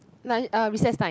lunch uh recess time